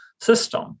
system